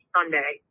Sunday